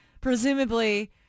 presumably